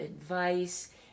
advice